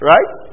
Right